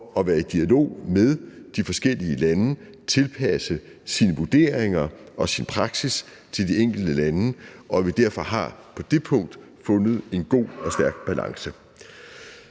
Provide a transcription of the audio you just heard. at være i dialog med de forskellige lande, tilpasse sine vurderinger og sin praksis til de enkelte lande, og at vi derfor på det punkt har fundet en god og stærk balance.